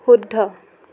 শুদ্ধ